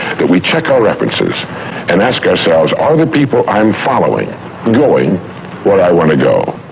that we check our references and ask ourselves are the people i'm following going where i want to go.